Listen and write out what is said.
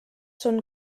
són